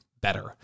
better